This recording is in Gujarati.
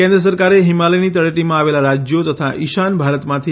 કેન્દ્ર સરકારે હિમાલયની તળેટીમાં આવેલા રાજ્યો તથા ઇશાન ભારતમાંથી